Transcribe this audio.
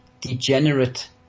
degenerate